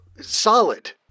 Solid